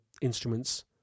instruments